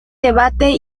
debate